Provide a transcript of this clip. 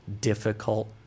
difficult